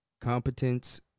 competence